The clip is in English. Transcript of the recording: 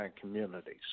communities